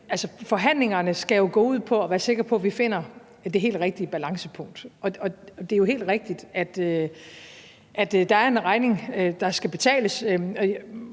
Forhandlingerne skal jo gå ud på, at vi kan være sikre på, at vi finder den helt rigtige balance, og det er jo helt rigtigt, at der er en regning, der skal betales.